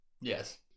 Yes